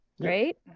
Great